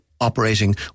operating